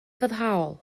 foddhaol